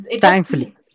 Thankfully